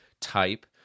type